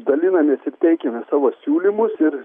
dalinamės ir teikiame savo siūlymus ir